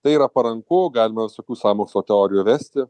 tai yra paranku galima visokių sąmokslo teorijų vesti